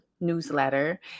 newsletter